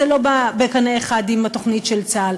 זה לא עולה בקנה אחד עם התוכנית של צה"ל,